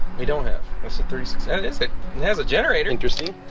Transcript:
we don't have that's the three six and s it it has a generator interesting